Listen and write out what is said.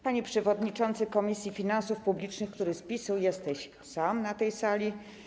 Panie Przewodniczący Komisji Finansów Publicznych, który z PiS-u jesteś sam na tej sali!